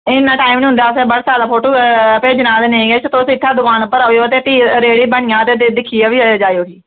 इ'न्ना टैम नी होंदा ऐ असें व्हाट्सऐप पर फोटो भेजने दा ते नेईं किश तुस इत्थै दकान पर आएओ फ्ही रेट बी बनी आग ते दिक्खी फिर जाएओ